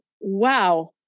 wow